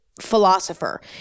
philosopher